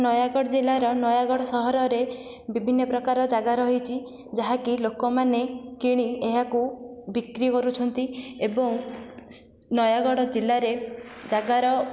ନୟାଗଡ଼ ଜିଲ୍ଲାର ନୟାଗଡ଼ ସହରରେ ବିଭିନ୍ନ ପ୍ରକାର ଜାଗା ରହିଛି ଯାହା କି ଲୋକମାନେ କିଣି ଏହାକୁ ବିକ୍ରି କରୁଛନ୍ତି ଏବଂ ନୟାଗଡ଼ ଜିଲ୍ଲାରେ ଜାଗାର